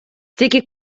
тільки